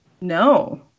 No